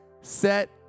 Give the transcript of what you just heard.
Set